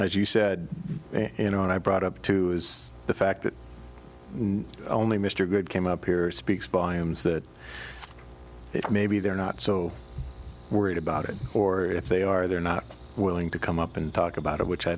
as you said you know when i brought up the fact that only mr good came up here speaks volumes that maybe they're not so worried about it or if they are they're not willing to come up and talk about it which i